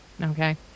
okay